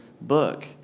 book